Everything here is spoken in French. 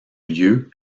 lieu